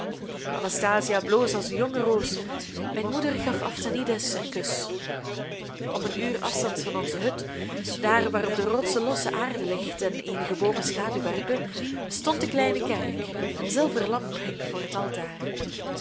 anastasia bloosde als een jonge roos mijn moeder gaf aphtanides een kus op een uur afstands van onze hut daar waar op de rotsen losse aarde ligt en eenige boomen schaduw werpen stond de kleine kerk een zilveren lamp hing voor het altaar